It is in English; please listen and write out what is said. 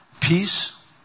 Peace